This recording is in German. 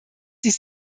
dies